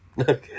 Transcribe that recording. okay